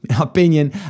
opinion